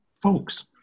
Folks